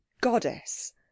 goddess